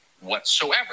whatsoever